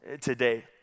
today